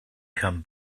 come